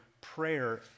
prayer